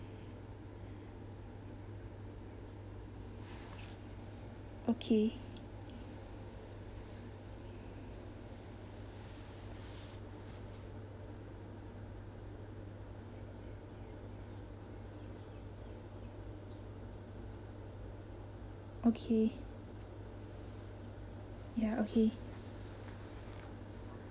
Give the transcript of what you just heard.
okay okay ya okay